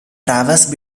traverse